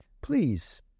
Please